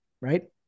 Right